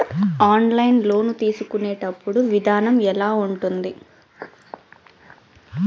online loan తీసుకునేటప్పుడు విధానం ఎలా ఉంటుంది